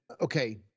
okay